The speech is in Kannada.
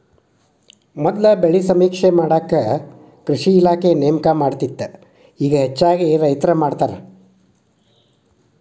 ಮೊದಲ ಬೆಳೆ ಸಮೇಕ್ಷೆ ಮಾಡಾಕ ಕೃಷಿ ಇಲಾಖೆ ನೇಮಕ ಮಾಡತ್ತಿತ್ತ ಇಗಾ ಹೆಚ್ಚಾಗಿ ರೈತ್ರ ಮಾಡತಾರ